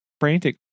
frantic